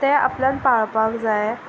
तें आपल्यान पाळपाक जाय